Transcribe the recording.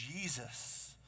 Jesus